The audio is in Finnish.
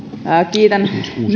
kiitän